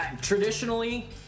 traditionally